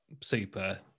super